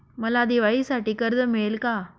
मला दिवाळीसाठी कर्ज मिळेल का?